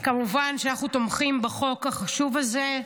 כמובן שאנחנו תומכים בחוק החשוב הזה,